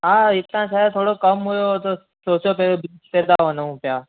हा हितां छा आहे थोरो कमु हुयो त सोचो के हुते त वञूं पिया